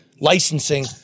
licensing